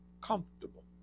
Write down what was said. comfortable